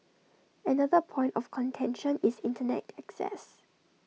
another point of contention is Internet access